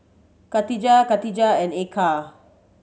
Khadija Katijah and Eka